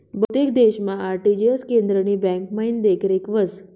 बहुतेक देशमा आर.टी.जी.एस केंद्रनी ब्यांकमाईन देखरेख व्हस